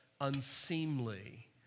unseemly